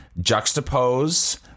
juxtapose